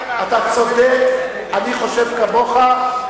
אתה צודק, אני חושב כמוך.